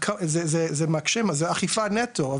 זה אכיפה נטו,